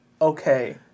okay